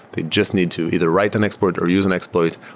they just need to either write an export or use an exploit,